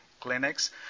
clinics